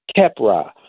Kepra